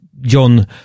John